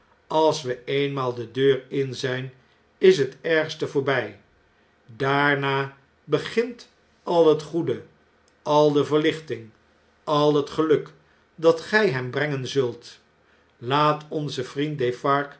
als we eenmaal de deur in zijn is bet ergste voorbij daarna begint al het goede al de verlichting al het geluk dat gjj hem brengen zult laat onze vriend